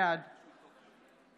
בעד